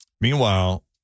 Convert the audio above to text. Meanwhile